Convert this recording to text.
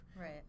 right